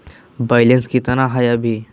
Balance केतना हय अभी?